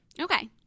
Okay